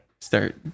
Start